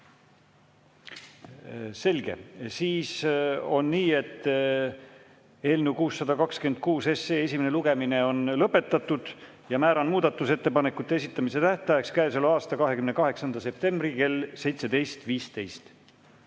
Selge. Siis on nii, et eelnõu 626 esimene lugemine on lõpetatud. Määran muudatusettepanekute esitamise tähtajaks käesoleva aasta 28. septembri kell 17.15.